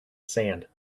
sand